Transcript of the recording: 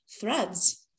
threads